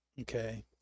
Okay